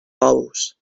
bous